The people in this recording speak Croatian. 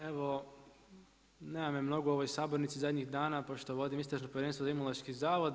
Evo nema me mnogo u ovoj sabornici zadnjih dana pošto vodim Istražno povjerenstvo za Imunološki zavod.